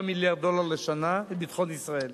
העולה על 3 מיליארד דולר לשנה את ביטחון ישראל.